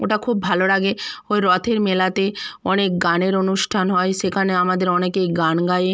ওটা খুব ভালো লাগে ওই রথের মেলাতে অনেক গানের অনুষ্ঠান হয় সেখানে আমাদের অনেকেই গান গায়